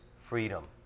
freedom